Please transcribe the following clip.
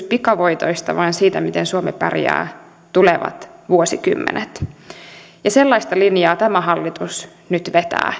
pikavoitoista vaan siitä miten suomi pärjää tulevat vuosikymmenet sellaista linjaa tämä hallitus nyt vetää